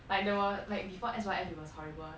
like there we~ like before S_Y_F it was horrible